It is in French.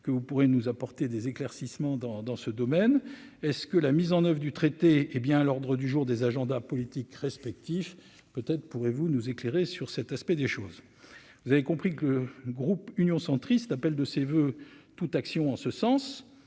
que vous pourrez nous apporter des éclaircissements dans dans ce domaine est-ce que la mise en oeuvre du traité, hé bien à l'ordre du jour des agendas politiques respectifs, peut-être pourrez-vous nous éclairer sur cet aspect des choses, vous avez compris que le groupe Union centriste appelle de ses voeux toute action en ce sens à